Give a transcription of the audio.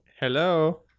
hello